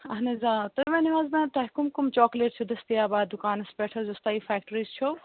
اَہَن حظ آ تُہۍ ؤنِو حظ مےٚ تۄہہِ کُم کُم چاکلیٹ چھُو دٔستِیاب اَتھ دُکانَس پٮ۪ٹھ حظ یُس تۄہہِ یہِ فیکٹری چھو